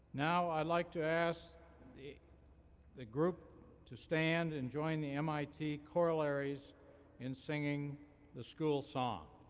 now, i'd like to ask the the group to stand and join the mit chorallaries in singing the school song.